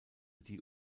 die